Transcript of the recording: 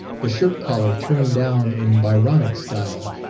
the shirt collar turned down in byronic style,